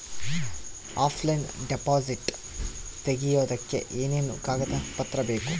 Offline deposit ತೆಗಿಯೋದಕ್ಕೆ ಏನೇನು ಕಾಗದ ಪತ್ರ ಬೇಕು?